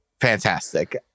Fantastic